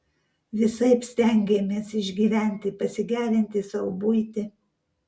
visaip stengėmės išgyventi pasigerinti sau buitį